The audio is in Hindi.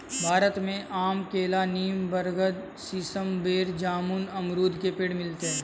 भारत में आम केला नीम बरगद सीसम बेर जामुन अमरुद के पेड़ मिलते है